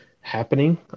happening